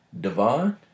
Devon